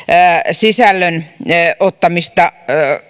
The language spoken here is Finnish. sisällön ottamiseen